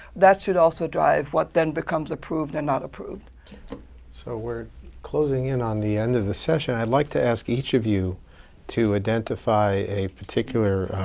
that should also drive what then becomes approved or and not approved so we're closing in on the end of the session. i'd like to ask each of you to identify a particular